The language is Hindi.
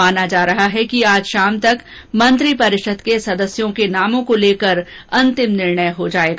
माना जा रहा है कि आज शाम तक मंत्रिपरिषद के नामों को लेकर अंतिम निर्णय हो जाएगा